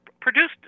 produced